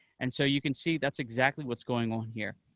and so you can see that's exactly what's going on here.